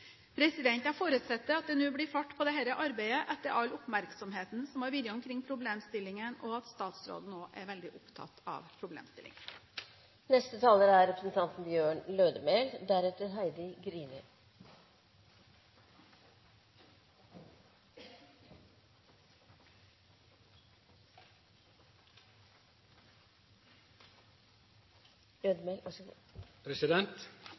Jeg forutsetter at det nå blir fart på dette arbeidet etter all oppmerksomheten som har vært rundt problemstillingen, og at statsråden nå er veldig opptatt av den. Den lenge etterlengta landbruksmeldinga er